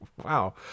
Wow